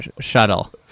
shuttle